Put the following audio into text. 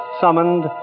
summoned